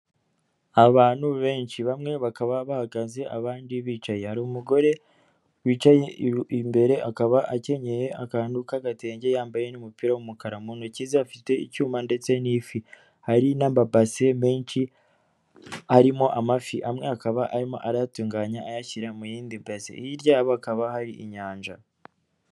Abantu benshi, bamwe bakaba bahagaze abandi bicaye, hari umugore wicaye imbere akaba akenyeye akantu k'agatenge yambaye n'umupira w'umukara, mu ntoki ze afite icyuma ndetse n'ifi, hari n'amabase menshi harimo amafi amwe akaba arimo arayatunganya ayashyira mu yindi basi, hirya yaho hakaba hari inyanja.